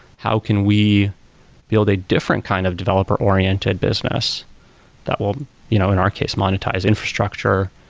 how can we build a different kind of developer-oriented business that will you know in our case monetize infrastructure,